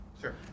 Sure